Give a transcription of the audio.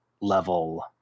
level